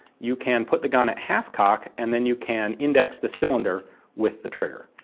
you can put the gun at half-cock, and then you can index the cylinder with the trigger.